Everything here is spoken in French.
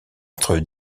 entre